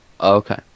Okay